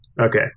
Okay